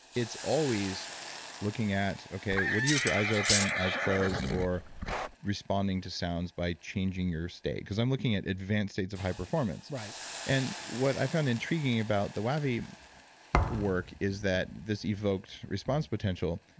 it's always looking at okay, what do you do with your eyes open, eyes closed or responding to sounds by changing your state. because i'm looking at advanced states of high performance right and what i've found intriguing about the wavi work is that this evoked response potential,